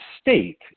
state